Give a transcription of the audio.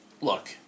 look